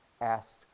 asked